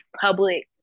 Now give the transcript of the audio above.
public